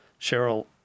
cheryl